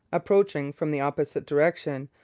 approaching from the opposite direction,